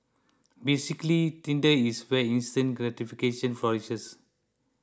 basically Tinder is where instant gratification flourishes